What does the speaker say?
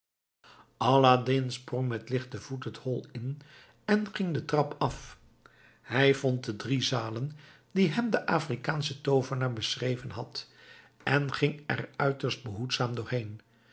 aladdin sprong met lichten voet het hol in en ging den trap af hij vond de drie zalen die hem de afrikaansche toovenaar beschreven had en ging er uiterst behoedzaam doorheen